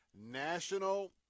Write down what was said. National